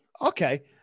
Okay